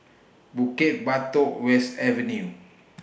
Bukit Batok West Avenue